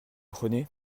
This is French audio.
prenez